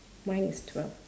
mine is twelve